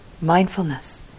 mindfulness